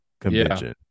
Convention